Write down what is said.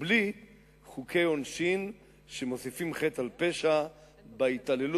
ובלי חוקי עונשין, שמוסיפים חטא על פשע בהתעללות